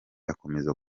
akomeza